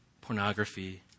pornography